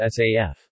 SAF